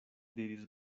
diris